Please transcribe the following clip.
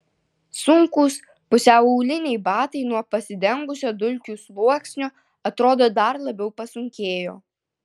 sunkūs pusiau auliniai batai nuo pasidengusio dulkių sluoksnio atrodo dar labiau pasunkėjo